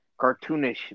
cartoonish